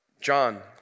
John